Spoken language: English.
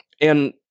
And-